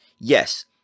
Yes